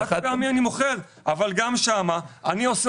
את החד פעמי אני מוכר אבל גם שם אני עושה